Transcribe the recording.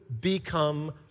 become